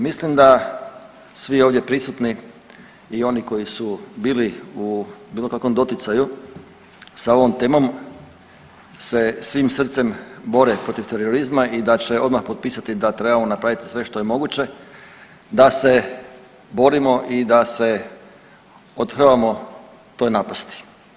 Mislim da svi ovdje prisutni i oni koji su bili u bilo kakvom doticaju sa ovom temom se svim srcem bore protiv terorizma i da će odmah potpisati da trebamo napraviti sve što je moguće da se borimo i da se othrvamo toj napasti.